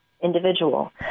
individual